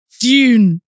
Dune